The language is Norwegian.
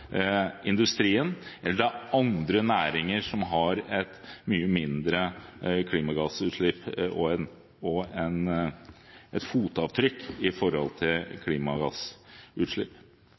industrien eller innenfor andre næringer som har et mye mindre klimagassutslipp og fotavtrykk når det gjelder nettopp klimagassutslipp. Jeg er glad for at det er bred enighet i